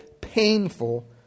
painful